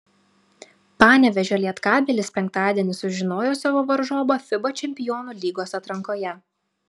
panevėžio lietkabelis penktadienį sužinojo savo varžovą fiba čempionų lygos atrankoje